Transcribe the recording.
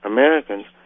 Americans